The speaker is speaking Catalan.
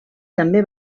també